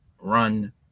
run